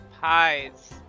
pies